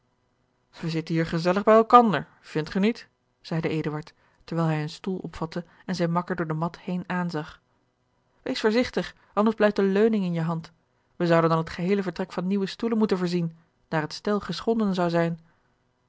wij zitten hier gezellig bij elkander vindt ge niet zeide eduard terwijl hij een stoel opvatte en zijn makker door de mat heen aanzag wees voorzigtig anders blijft de leuning in je hand wij zouden dan het geheele vertrek van nieuwe stoelen moeten voorzien daar het stel geschonden zou zijn